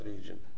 region